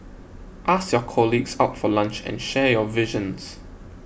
ask your colleagues out for lunch and share your visions